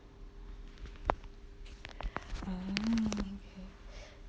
oh okay